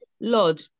Lord